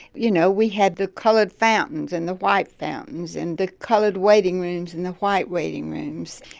you know, we had the colored fountains and the white fountains and the colored waiting rooms and the white waiting rooms.